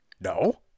No